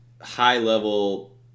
high-level